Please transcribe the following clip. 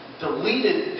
deleted